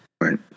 Right